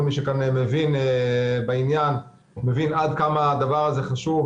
כל מי שכאן מבין בעניין מבין עד כמה הדבר הזה חשוב.